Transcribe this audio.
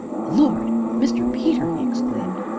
lord mr. peter! he exclaimed.